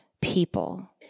people